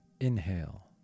Inhale